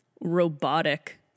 robotic